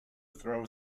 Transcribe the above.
throw